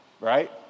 right